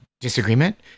disagreement